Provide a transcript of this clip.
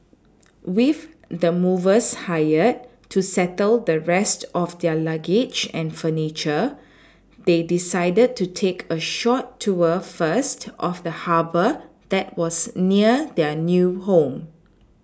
with the movers hired to settle the rest of their luggage and furniture they decided to take a short tour first of the Harbour that was near their new home